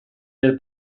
del